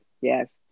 yes